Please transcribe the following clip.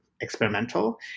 experimental